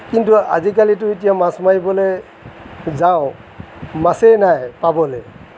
কিন্তু আজিকালিটো এতিয়া মাছ মাৰিবলৈ যাওঁ মাছেই নাই পাবলৈ